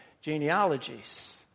genealogies